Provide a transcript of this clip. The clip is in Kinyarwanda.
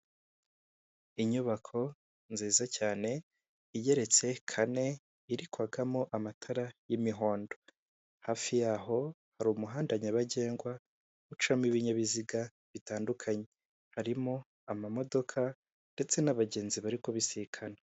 Inyubako nziza cyane igeretse kane, iri kwakamo amatara y'imihondo, hafi yaho hari umuhanda nyabagendwa ucamo ibinyabiziga bitandukanye, harimo amamodoka ndetse n'abagenzi bari kubisikana.